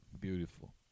Beautiful